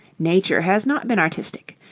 nature has not been artistic.